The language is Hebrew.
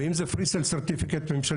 ואם זה Presale certificate ממשלתי?